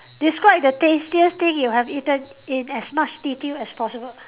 describe the tastiest thing you have eaten in as much detail as possible